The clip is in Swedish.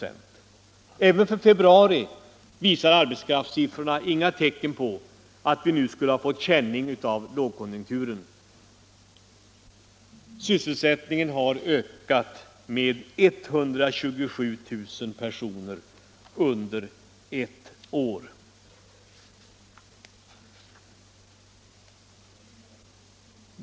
Inte heller för februari visar arbetskraftssiffrorna några tecken på att vi skulle ha fått känning av lågkonjunkturen. Sysselsättningen har ökat med 127 000 personer under ett år.